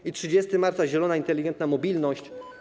I 30 marca - zielona, inteligentna mobilność.